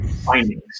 findings